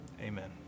Amen